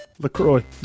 Lacroix